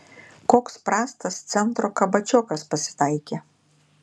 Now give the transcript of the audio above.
koks prastas centro kabačiokas pasitaikė